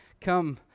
come